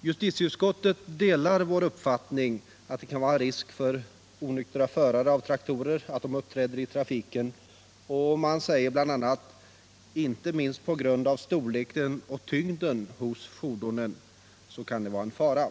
Justitieutskottet delar vår uppfattning att det kan vara risker, om onyktra förare av traktorer uppträder i trafiken — ”inte minst”, säger utskottet bl.a., ”på grund av storleken och tyngden hos en del av dessa fordon”.